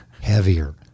heavier